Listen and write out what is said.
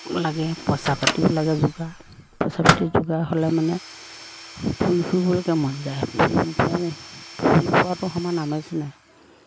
লাগে পইচা পাতিও লাগে যোগাৰ পইচা পাতি যোগাৰ হ'লে মানে ফুৰি ফুৰিবলৈকে মন যায় ফুৰি ফুৰোঁ ফুৰি ফুৰাটো সমান আমেজ নাই